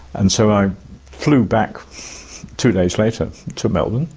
and so i flew back two days later to melbourne,